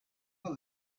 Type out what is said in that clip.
will